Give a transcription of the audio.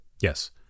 Yes